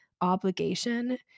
obligation